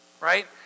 right